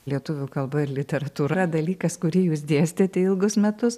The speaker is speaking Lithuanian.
lietuvių kalba ir literatūra dalykas kurį jūs dėstėte ilgus metus